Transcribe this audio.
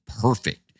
perfect